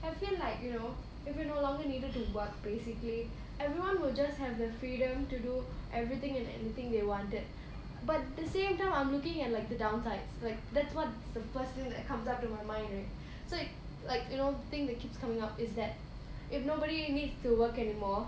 I feel like you know if you no longer needed to work basically everyone will just have the freedom to do everything and anything they wanted but the same time I'm looking at like the downsides like that's what's the first thing that comes up to my mind right so like you know the thing that keeps coming up is that if nobody needs to work anymore